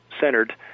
centered